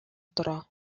тора